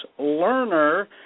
Lerner